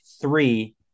three